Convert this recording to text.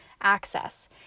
access